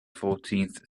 fourteenth